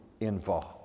involved